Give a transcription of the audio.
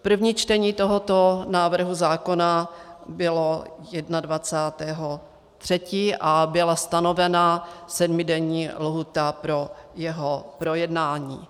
První čtení tohoto návrhu zákona bylo 21. 3. a byla stanovena sedmidenní lhůta pro jeho projednání.